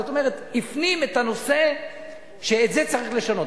זאת אומרת הפנים את הנושא שאת זה צריך לשנות.